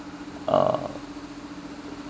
uh